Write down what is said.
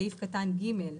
סעיף קטן (ג),